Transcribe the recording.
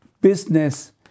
business